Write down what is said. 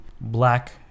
black